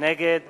נגד